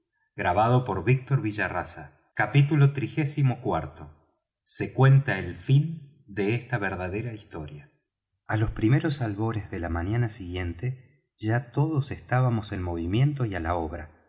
nosotros de brístol capítulo xxxiv se cuenta el fin de esta verdadera historia á los primeros albores de la mañana siguiente ya todos estábamos en movimiento y á la obra